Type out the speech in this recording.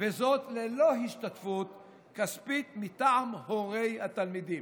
ללא השתתפות כספית מטעם הורי התלמידים.